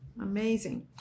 Amazing